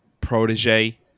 protege